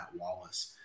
Wallace